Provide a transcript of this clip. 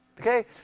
Okay